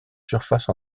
surface